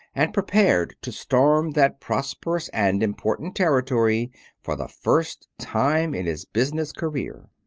and prepared to storm that prosperous and important territory for the first time in his business career.